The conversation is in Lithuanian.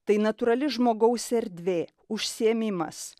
tai natūrali žmogaus erdvė užsiėmimas